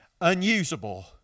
Unusable